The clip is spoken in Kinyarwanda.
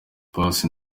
paccy